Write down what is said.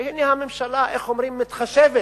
הנה הממשלה, איך אומרים, מתחשבת